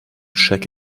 check